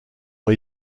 ont